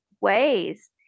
ways